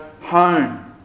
home